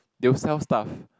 they will sell stuff